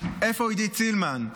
איפה עידית סילמן?